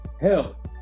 hell